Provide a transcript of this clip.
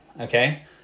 okay